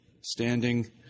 standing